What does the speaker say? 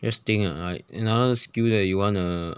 just think ah like another skill that you wanna